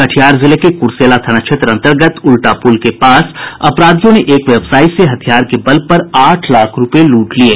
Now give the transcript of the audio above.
कटिहार जिले के कूर्सेला थाना क्षेत्र अन्तर्गत उलटा पूल के पास अपराधियों ने एक व्यवसायी से हथियार के बल पर आठ लाख रूपये लूट लिये